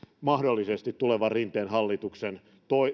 mahdollisesti tulevan rinteen hallituksen